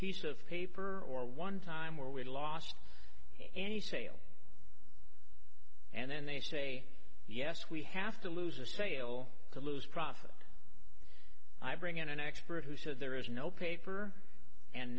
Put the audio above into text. piece of paper or one time where we lost any sale and then they say yes we have to lose a sale to lose profit i bring in an expert who said there is no paper and